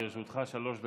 לרשותך שלוש דקות.